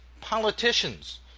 politicians